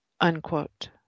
Unquote